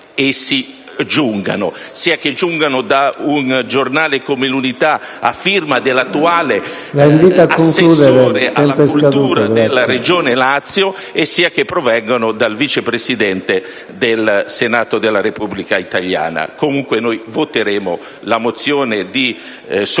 parte giungano: sia che giungano da un giornale come «l'Unità», in un articolo a firma dell'attuale assessore alla cultura della Regione Lazio, sia che provengono dal vice Presidente del Senato della Repubblica italiana. Comunque voteremo la mozione di solidarietà,